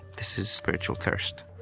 this is spiritual thirst